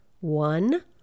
one